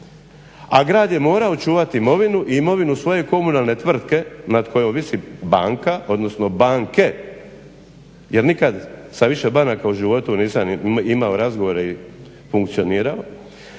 a grad je morao čuvati imovinu i imovinu svoje komunalne tvrtke nad kojom visi banka odnosno banke, jer nikad sa više banaka u životu nisam imao razgovora i funkcionirao